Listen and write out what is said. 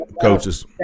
coaches